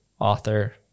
author